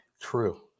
True